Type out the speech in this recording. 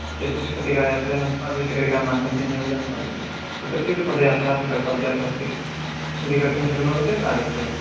चतुष्पतिका यात्रेन अथ्वा द्विचक्रिकामाध्यमेनेव गन्तव्यं कुत्रचित् पदयात्रापि कर्तव्या भवति यदि कर्तुं शक्नोति चेत् आगच्छतु